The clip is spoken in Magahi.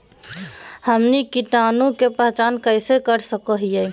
हमनी कीटाणु के पहचान कइसे कर सको हीयइ?